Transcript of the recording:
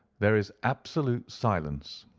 there is absolute silence.